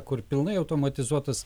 kur pilnai automatizuotas